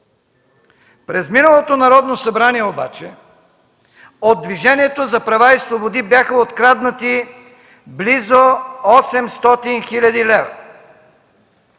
През миналото Народно събрание обаче от Движението за права и свободи бяха откраднати близо 800 хил. лв.